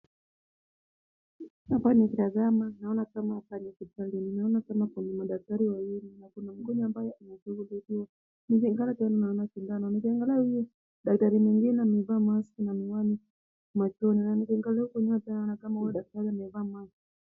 Hapa nikitazama naona kama hapa ni hospitalini. Naona kama kuna madaktari wawili na kuna mgonjwa ambaye amedungwa. Nikiangalia huyu daktari mwingine amevaa mask na miwani.